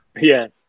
yes